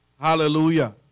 Hallelujah